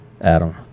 Adam